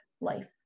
life